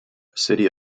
city